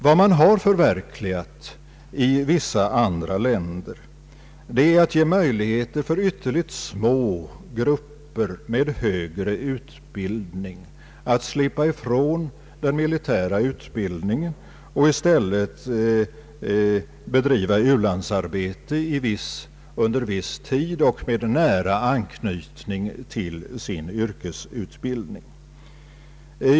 Vad man har förverkligat i vissa andra länder är möjligheter för ytterligt små grupper med högre utbildning att slippa ifrån den militära utbildningen och i stället bedriva u-landsarbete under viss tid och med nära anknytning till sin yrkesutbildning.